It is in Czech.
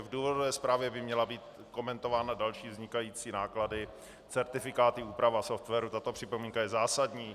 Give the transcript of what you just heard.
V důvodové zprávě by měly být komentovány vznikající náklady, certifikáty, úprava softwaru tato připomínka je zásadní.